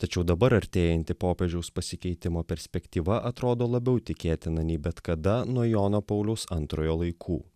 tačiau dabar artėjanti popiežiaus pasikeitimo perspektyva atrodo labiau tikėtina nei bet kada nuo jono pauliaus antrojo laikų